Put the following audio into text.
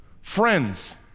friends